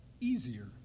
easier